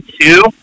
two